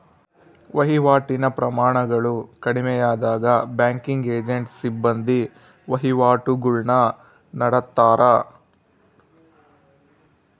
ವಹಿವಾಟಿನ ಪ್ರಮಾಣಗಳು ಕಡಿಮೆಯಾದಾಗ ಬ್ಯಾಂಕಿಂಗ್ ಏಜೆಂಟ್ನ ಸಿಬ್ಬಂದಿ ವಹಿವಾಟುಗುಳ್ನ ನಡತ್ತಾರ